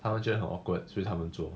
他们觉得 awkward 所以他们做